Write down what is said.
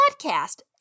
podcast